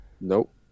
Nope